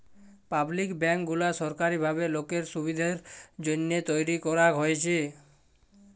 public bank গুলা সরকারি ভাবে লোকের সুবিধের জন্যহে তৈরী করাক হয়েছে